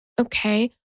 okay